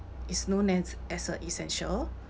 is known as as a essential